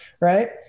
Right